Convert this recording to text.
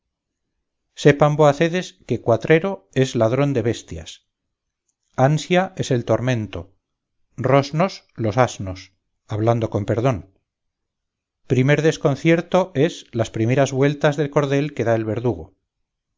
sepan voacedes que cuatrero es ladrón de bestias ansia es el tormento rosnos los asnos hablando con perdón primer desconcierto es las primeras vueltas de cordel que da el verdugo